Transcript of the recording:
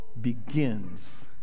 begins